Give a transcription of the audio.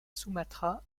sumatra